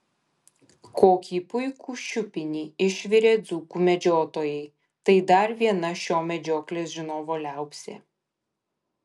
kokį puikų šiupinį išvirė dzūkų medžiotojai tai dar viena šio medžioklės žinovo liaupsė